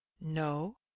no